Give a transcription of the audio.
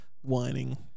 whining